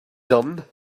done